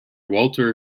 walter